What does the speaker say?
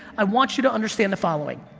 i want you to understand the following,